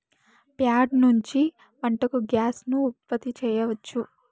ప్యాడ నుంచి వంటకు గ్యాస్ ను ఉత్పత్తి చేయచ్చు